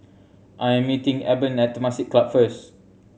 I am meeting Eben at Temasek Club first